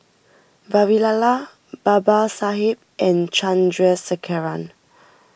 Vavilala Babasaheb and Chandrasekaran